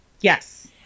Yes